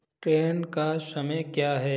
train का समय क्या है